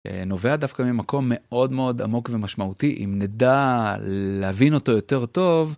נובע דווקא ממקום מאוד מאוד עמוק ומשמעותי, אם נדע להבין אותו יותר טוב.